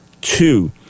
Two